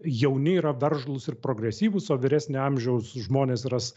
jauni yra veržlūs ir progresyvūs o vyresnio amžiaus žmonės ras